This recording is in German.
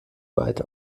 weit